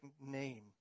name